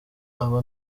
aba